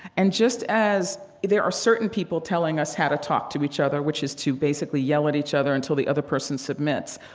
and just as there are certain people telling us how to talk to each other, which is to basically yell at each other until the other person submits,